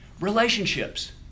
relationships